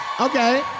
Okay